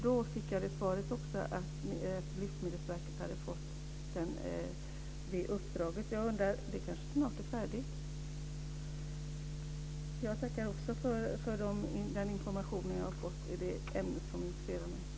Då fick jag också svaret att Livsmedelsverket hade fått uppdraget. Det kanske snart är färdigt? Jag tackar också för den information jag har fått i ett ämne som intresserar mig.